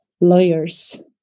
lawyers